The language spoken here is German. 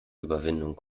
überwindung